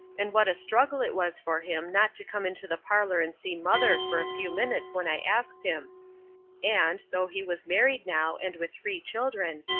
and what a struggle it was for him not to come into the parlour and see mother for a few minutes when i asked him and, though he was married now and with three children,